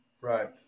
right